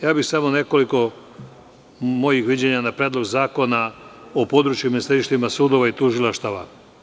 Ja bih samo nekoliko mojih viđenja na Predlog zakona o područjima i sedištima sudova i tužilaštava.